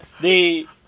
The-